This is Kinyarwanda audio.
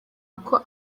uko